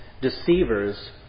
deceivers